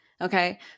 Okay